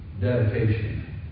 dedication